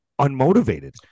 unmotivated